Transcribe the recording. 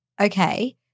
okay